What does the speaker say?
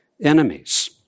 enemies